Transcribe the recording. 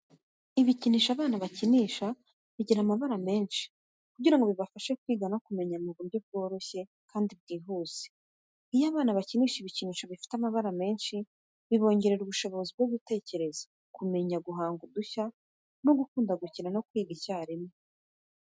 Ibikinisho abana bakinisha bigira amabara menshi kugira ngo bibafashe kwiga no kumenya mu buryo bworoshye kandi bwihuse. Iyo abana bakinisha ibikinisho bifite amabara menshi, bibongerera ubushobozi bwo gutekereza, kumenya, guhanga udushya no gukunda gukina no kwiga icyarimwe.